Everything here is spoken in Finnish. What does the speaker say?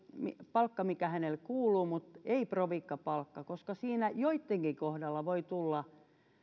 palkka mikä hänelle kuuluu mutta ei provikkapalkka koska siinä joittenkin kohdalla voi tulla